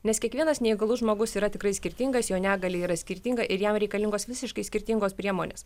nes kiekvienas neįgalus žmogus yra tikrai skirtingas jo negalia yra skirtinga ir jam reikalingos visiškai skirtingos priemonės